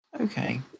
Okay